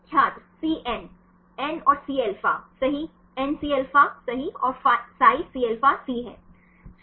छात्र CN N और Cα सहीN Cα सही और psi Cα C है